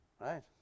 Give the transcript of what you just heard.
Right